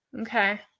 Okay